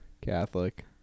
Catholic